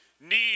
need